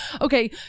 okay